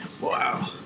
wow